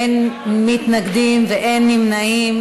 אין מתנגדים ואין נמנעים.